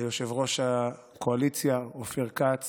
ליושב-ראש הקואליציה אופיר כץ